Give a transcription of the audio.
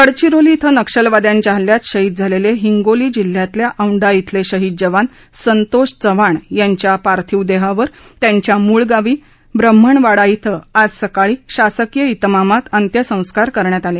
गडचिरोली ििं नक्षलवाद्यांच्या हल्ल्यात शहिद झालेले हिंगोली जिल्ह्यातल्या औंढा ििले शहिद जवान संतोष चव्हाण यांच्या पार्थिव देहावर त्यांच्या मूळ गावी ब्रम्हणवाडा श्वि आज सकाळी शासकीय तिमामात अंत्यसंस्कार करण्यात आले